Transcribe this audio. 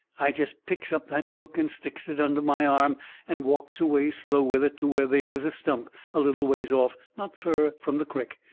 i jest picks up that book and sticks it under my arm and walks away slow with it to where they was a stump a little ways off, not fur from the crick,